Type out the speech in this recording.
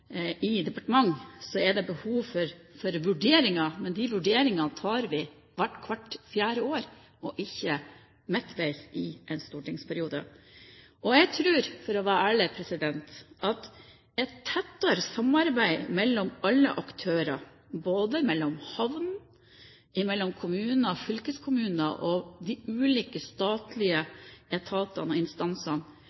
i departement. Det er behov for vurderinger, men de vurderingene tar vi hvert fjerde år og ikke midtveis i en stortingsperiode. Jeg tror, for å være ærlig, at et tettere samarbeid mellom alle aktører, både mellom havn, kommuner og fylkeskommuner, og de ulike statlige